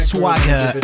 Swagger